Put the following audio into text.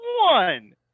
one